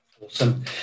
Awesome